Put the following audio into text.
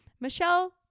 Michelle